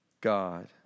God